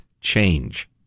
change